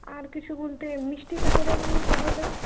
আর কিছু বলতে মিষ্টি তাহলে নিয়ে নিতে হবে